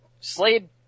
Slade